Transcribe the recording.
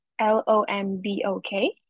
L-O-M-B-O-K